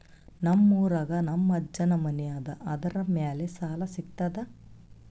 ನಮ್ ಊರಾಗ ನಮ್ ಅಜ್ಜನ್ ಮನಿ ಅದ, ಅದರ ಮ್ಯಾಲ ಸಾಲಾ ಸಿಗ್ತದ?